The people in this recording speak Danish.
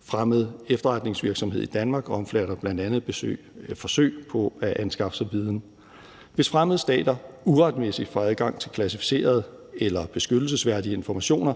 Fremmed efterretningsvirksomhed i Danmark omfatter bl.a. forsøg på at anskaffe sig viden. Hvis fremmede stater uretmæssigt får adgang til klassificerede eller beskyttelsesværdige informationer,